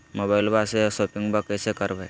मोबाइलबा से शोपिंग्बा कैसे करबै?